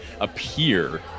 appear